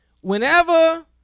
whenever